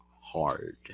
hard